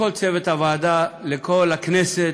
ולכל צוות הוועדה, לכל הכנסת.